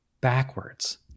backwards